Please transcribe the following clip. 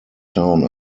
town